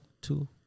Two